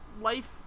life